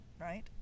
right